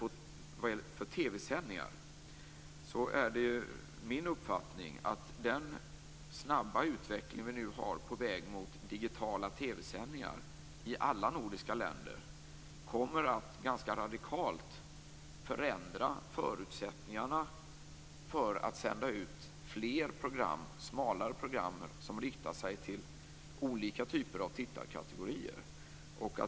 Sedan till frågan om samarbete kring TV sändningar. Den snabba utvecklingen i alla nordiska länder mot digitala TV-sändningar kommer ganska radikalt att förändra förutsättningarna för att sända fler och smalare program, som riktar sig till olika typer av tittarkategorier.